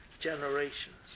generations